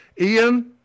Ian